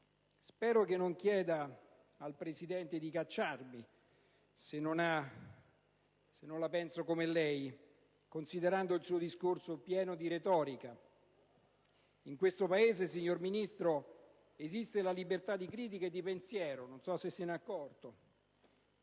spero non chieda al Presidente di cacciarmi se non la penso come lei, e considero il suo discorso pieno di retorica. In questo Paese, signor Ministro, esiste la libertà di pensiero e di critica, non so se ne sia accorto.